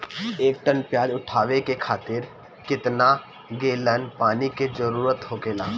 एक टन प्याज उठावे खातिर केतना गैलन पानी के जरूरत होखेला?